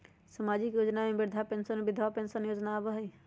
सामाजिक योजना में वृद्धा पेंसन और विधवा पेंसन योजना आबह ई?